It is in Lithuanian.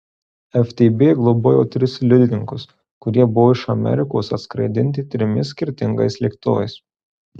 ftb globojo tris liudininkus kurie buvo iš amerikos atskraidinti trimis skirtingais lėktuvais